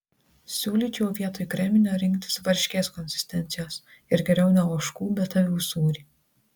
siūlyčiau vietoj kreminio rinktis varškės konsistencijos ir geriau ne ožkų bet avių sūrį